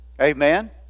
Amen